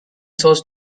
source